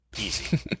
Easy